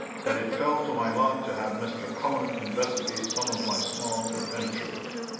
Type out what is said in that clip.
that it fell to my lot to have mr. cullen investigate some of my small adventures!